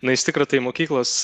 na iš tikro tai mokyklos